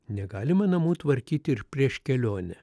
negalima namų tvarkyti ir prieš kelionę